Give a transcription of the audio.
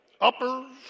Uppers